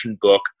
book